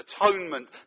Atonement